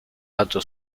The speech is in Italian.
lato